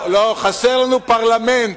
חסר לנו פרלמנט.